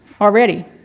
already